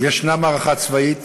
יש מערכה צבאית,